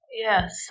Yes